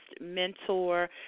mentor